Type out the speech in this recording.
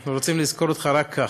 אנחנו רוצים לזכור אותך רק כך.